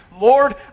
Lord